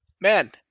man